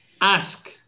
Ask